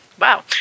wow